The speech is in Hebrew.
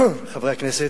חברי הכנסת,